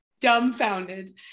dumbfounded